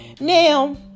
Now